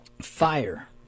fire